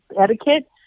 etiquette